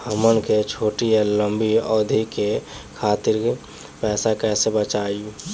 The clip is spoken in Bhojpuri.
हमन के छोटी या लंबी अवधि के खातिर पैसा कैसे बचाइब?